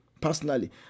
personally